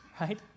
right